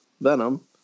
Venom